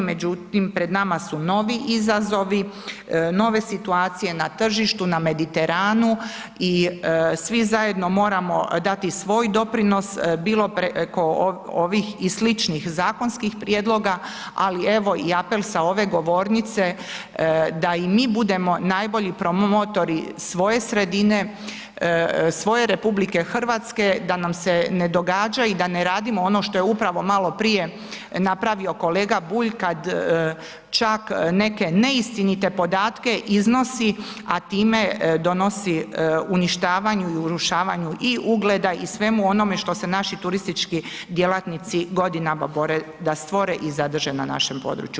Međutim, pred nama su novi izazovi, nove situacije na tržištu, na Mediteranu i svi zajedno moramo dati svoj doprinos bilo preko ovih i sličnih zakonskih prijedloga ali evo i apel s ove govornice da i mi budemo najbolji promotori svoje sredine, svoje RH da nam se ne događa i da ne radimo ono što je upravo malo prije napravio kolega Bulj kad čak neke neistinite podatke iznosi a time donosi uništavanju i urušavanju i ugleda i svemu onome što se naši turistički djelatnici godinama bore da stvore i zadrže na našem području.